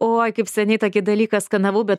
uoi kaip seniai tokį dalyką skanavau bet